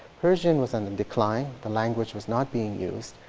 persian was on the decline. the language was not being used.